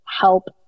help